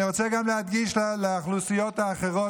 אני רוצה גם להדגיש על האוכלוסיות האחרות,